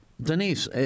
Denise